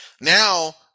Now